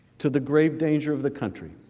to the grave danger of the country